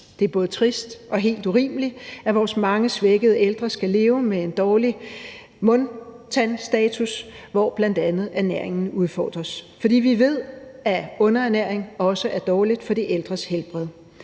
Det er både trist og helt urimeligt, at vores mange svækkede ældre skal leve med en dårlig mund- og tandstatus, hvor bl.a. ernæringen udfordres, for vi ved, at underernæring også er dårligt for de ældres helbred.